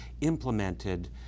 implemented